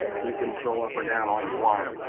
you can scroll up or down all you want